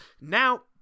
Now